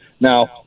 Now